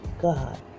God